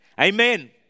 amen